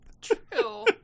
true